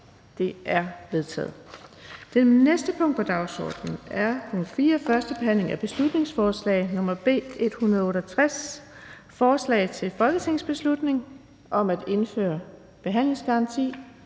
Det er vedtaget. --- Det næste punkt på dagsordenen er: 2) 1. behandling af beslutningsforslag nr. B 157: Forslag til folketingsbeslutning om at sikre bedre